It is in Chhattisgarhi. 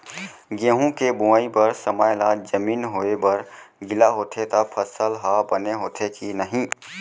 गेहूँ के बोआई बर समय ला जमीन होये बर गिला होथे त फसल ह बने होथे की नही?